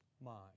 mind